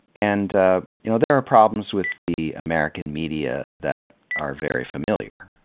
and ah you know there are problems with the american media that are very familiar,